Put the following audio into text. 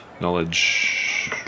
Knowledge